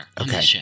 Okay